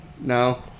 no